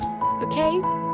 okay